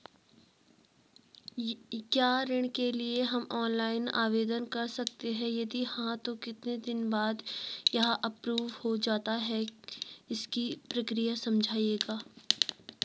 क्या ऋण के लिए हम ऑनलाइन आवेदन कर सकते हैं यदि हाँ तो कितने दिन बाद यह एप्रूव हो जाता है इसकी प्रक्रिया समझाइएगा?